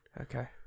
Okay